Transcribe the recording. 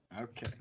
Okay